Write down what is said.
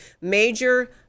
major